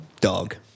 dog